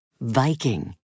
Viking